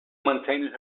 maintained